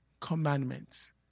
commandments